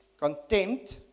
Contempt